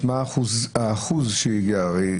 מה האחוז שהגיע?